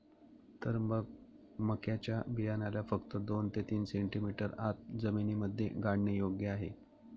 तर मग मक्याच्या बियाण्याला फक्त दोन ते तीन सेंटीमीटर आत जमिनीमध्ये गाडने योग्य आहे